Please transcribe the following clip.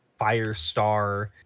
Firestar